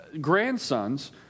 grandsons